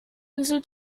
insel